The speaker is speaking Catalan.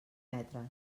metres